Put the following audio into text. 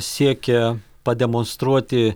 siekia pademonstruoti